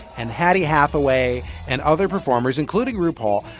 and hattie hathaway and other performers, including rupaul,